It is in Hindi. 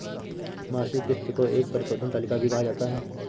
मासिक किस्त को एक परिशोधन तालिका भी कहा जाता है